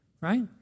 right